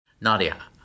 Nadia